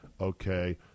okay